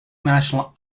national